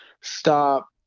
stop